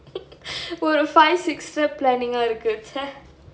ஒரு:oru oo இருக்கு:irukku